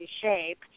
shape